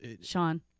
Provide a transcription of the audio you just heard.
Sean